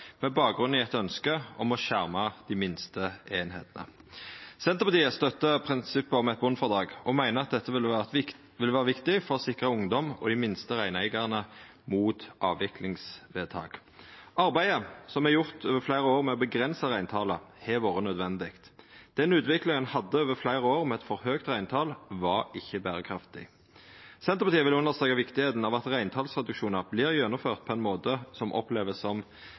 med bakgrunn i eit ønske om å skjerma dei minste einingane. Senterpartiet støttar prinsippet om eit botnfrådrag og meiner at dette vil vera viktig for å sikra ungdom og dei minste reineigarane mot avviklingsvedtak. Arbeidet som er gjort over fleire år med å avgrensa reintalet, har vore nødvendig. Den utviklinga ein hadde over fleire år, med eit for høgt reintal, var ikkje berekraftig. Senterpartiet vil understreka viktigheita av at reintalsreduksjonar vert gjennomførte på ein måte som vert opplevd som